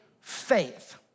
faith